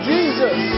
Jesus